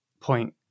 point